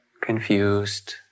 confused